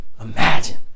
Imagine